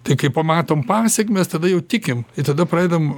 tai kai pamatom pasekmes tada jau tikim ir tada pradedam